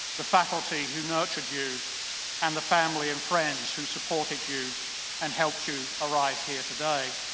the faculty who nurtured you and the family and friends who supported you and helped you arrive here today.